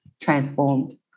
transformed